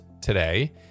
today